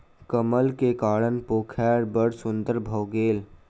कमल के कारण पोखैर बड़ सुन्दर भअ गेल